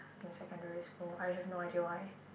in secondary school I have no idea why